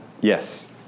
Yes